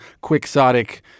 quixotic